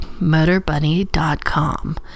MotorBunny.com